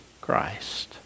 Christ